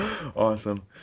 Awesome